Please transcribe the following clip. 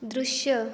दृश्य